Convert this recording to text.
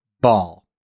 ball